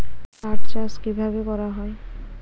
পাট চাষ কীভাবে করা হয়?